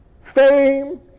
Fame